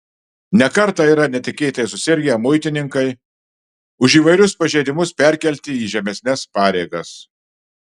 ne kartą yra netikėtai susirgę muitininkai už įvairius pažeidimus perkelti į žemesnes pareigas